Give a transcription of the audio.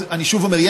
אני שוב אומר,